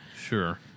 Sure